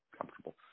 comfortable